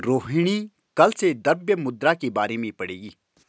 रोहिणी कल से द्रव्य मुद्रा के बारे में पढ़ेगी